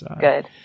Good